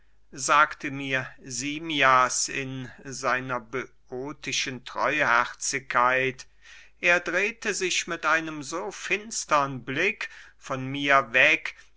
sagte mir simmias in seiner böotischen treuherzigkeit er drehte sich mit einem so finstern blick von mir weg